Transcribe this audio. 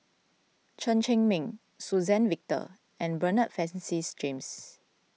Chen Cheng Mei Suzann Victor and Bernard Francis James